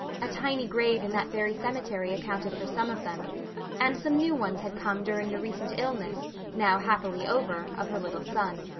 a tiny grave in that very cemetery accounted for some of them and some new ones had come during the recent illness, now happily over, of her little son.